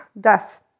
death